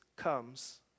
Comes